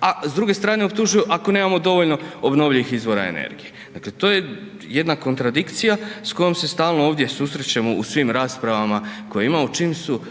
a s druge strane optužuju ako nemamo dovoljno obnovljivih izvora energije. Dakle to je jedna kontradikcija s kojom se stalno ovdje susrećemo u svim raspravama koje imamo čim se